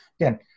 Again